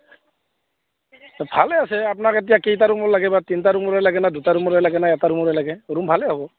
ভালেই আছে আপোনাক এতিয়া কেইটা ৰুমৰ লাগে বা তিনিটা ৰুমৰে লাগে না দুটা ৰুমৰে লাগে নে এটা ৰুমৰে লাগে ৰুম ভালেই হ'ব